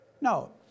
No